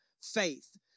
faith